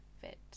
fit